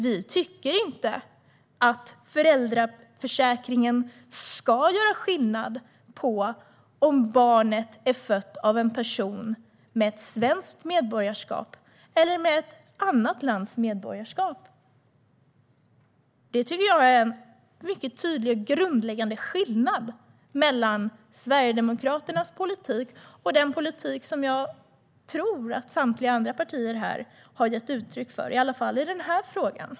Vi tycker inte att föräldraförsäkringen ska göra skillnad på om barnet är fött av en person med ett svenskt medborgarskap eller ett annat lands medborgarskap. Det tycker jag är en mycket tydlig och grundläggande skillnad mellan Sverigedemokraternas politik och den politik som jag tror att samtliga andra partier här har gett uttryck för - i alla fall i denna fråga.